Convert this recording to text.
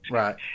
right